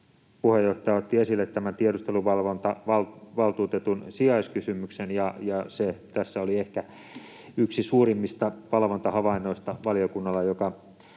Puheenjohtaja otti esille tämän tiedusteluvalvontavaltuutetun sijaiskysymyksen, ja se tässä oli valiokunnalla ehkä yksi suurimmista valvontahavainnoista. Valtioneuvoston